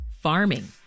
farming